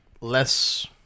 less